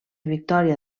victòria